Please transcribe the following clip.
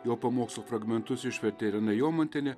jo pamokslų fragmentus išvertė irena jomantienė